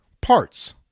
parts